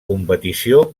competició